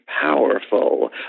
powerful